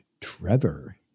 Trevor